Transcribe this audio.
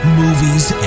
movies